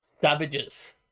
savages